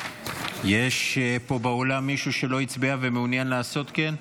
יש פה באולם מישהו שלא הצביע ומעוניין לעשות כן?